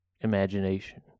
imagination